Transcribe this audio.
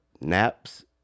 Naps